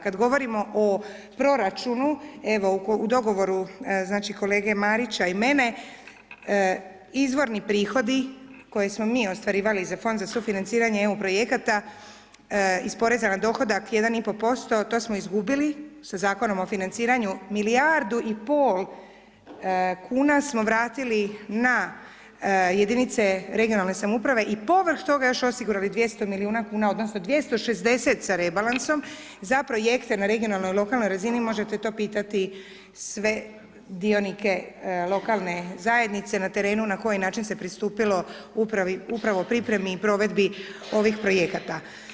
Kada govorimo o proračunu, evo, u dogovoru, znači, kolege Marića i mene, izvorni prihodi koje smo mi ostvarivali za Fond za sufinanciranje EU projekta iz poreza na dohodak 1,5%, to smo izgubili, što je Zakonom o financiranju milijardu i pol kuna smo vratili na jedinice regionalne samouprave i povrh toga još osigurali 200 milijuna kuna odnosno 260 sa rebalansom za projekte na regionalnoj lokalnoj razini, možete to pitati sve dionike lokalne zajednice na terenu, na koji način se pristupilo upravo pripremi i provedbi ovih projekata.